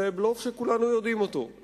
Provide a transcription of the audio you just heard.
זה בלוף שכולנו יודעים אותו,